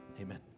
Amen